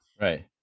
right